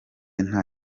nta